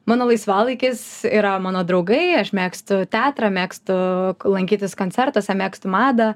mano laisvalaikis yra mano draugai aš mėgstu teatrą mėgstu lankytis koncertuose megztų madą